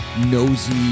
nosy